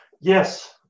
Yes